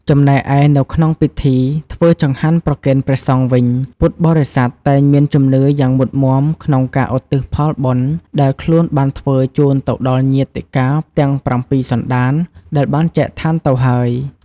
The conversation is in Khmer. ចំណែកឯនៅក្នុងពិធីធ្វើចង្ហាន់ប្រគេនព្រះសង្ឃវិញ ពុទ្ធបរិស័ទតែងមានជំនឿយ៉ាងមុតមាំក្នុងការឧទ្ទិសផលបុណ្យដែលខ្លួនបានធ្វើជូនទៅដល់ញាតិកាទាំងប្រាំពីរសន្តានដែលបានចែកឋានទៅហើយ។